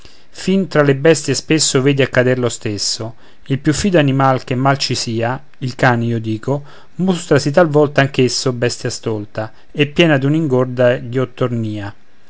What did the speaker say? fin tra le bestie spesso vedi accader lo stesso il più fido animal che mai ci sia il cane io dico mostrasi talvolta anch'esso bestia stolta e piena d'un'ingorda